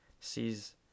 sees